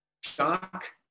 shock